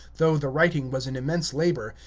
though the writing was an immense labor,